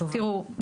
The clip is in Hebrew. תראו,